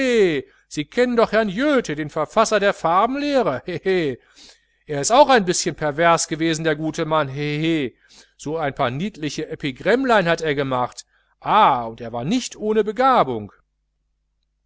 sie kennen doch herrn joethe den verfasser der farbenlehre hehe er ist auch ein bischen pervers gewesen der gute mann hehe so ein paar niedliche epigrämmlein hat er gemacht ah er war nicht ohne begabung